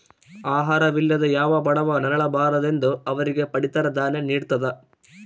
ಆಹಾರ ವಿಲ್ಲದೆ ಯಾವ ಬಡವ ನರಳ ಬಾರದೆಂದು ಅವರಿಗೆ ಪಡಿತರ ದಾನ್ಯ ನಿಡ್ತದ